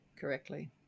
correctly